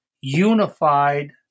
unified